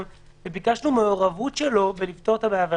כדי לבקש את המעורבות שלו בפתרון הבעיה.